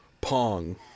Pong